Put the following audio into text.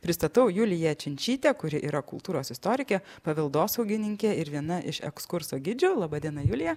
pristatau juliją činčytę kuri yra kultūros istorikė paveldosaugininkė ir viena iš ekskurso gidžių laba diena julija